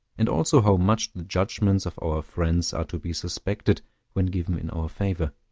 and also how much the judgments of our friends are to be suspected when given in our favor.